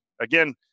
Again